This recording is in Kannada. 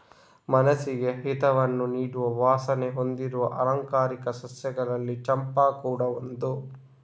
ಮನಸ್ಸಿಗೆ ಹಿತವನ್ನ ನೀಡುವ ವಾಸನೆ ಹೊಂದಿರುವ ಆಲಂಕಾರಿಕ ಸಸ್ಯಗಳಲ್ಲಿ ಚಂಪಾ ಕೂಡಾ ಒಂದು